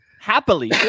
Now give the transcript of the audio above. happily